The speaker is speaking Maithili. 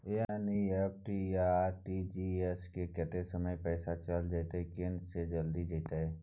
एन.ई.एफ.टी आ आर.टी.जी एस स कत्ते समय म पैसा चैल जेतै आ केना से जल्दी जेतै?